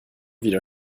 wieder